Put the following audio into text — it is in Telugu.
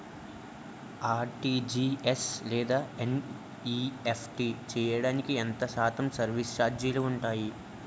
ఆర్.టి.జి.ఎస్ లేదా ఎన్.ఈ.ఎఫ్.టి చేయడానికి ఎంత శాతం సర్విస్ ఛార్జీలు ఉంటాయి?